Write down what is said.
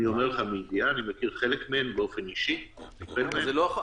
ואני אומר לך מידיעה ואני מכיר חלק מהן באופן אישי --- החוק